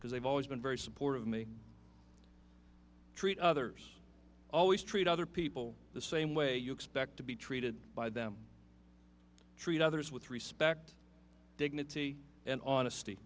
because i've always been very supportive of me treat others always treat other people the same way you expect to be treated by them treat others with respect dignity and on